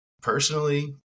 Personally